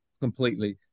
completely